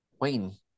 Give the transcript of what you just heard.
Wayne